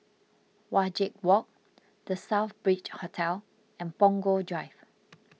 Wajek Walk the Southbridge Hotel and Punggol Drive